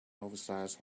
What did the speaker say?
oversize